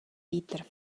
vítr